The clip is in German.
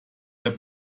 der